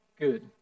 good